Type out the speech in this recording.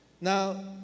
Now